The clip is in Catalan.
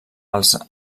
els